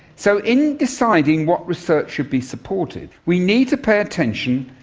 so in deciding what research should be supported, we need to pay attention,